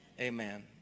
Amen